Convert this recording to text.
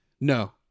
No